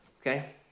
Okay